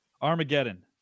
Armageddon